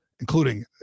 including